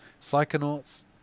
Psychonauts